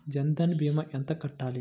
జన్ధన్ భీమా ఎంత కట్టాలి?